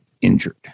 injured